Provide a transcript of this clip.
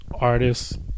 Artists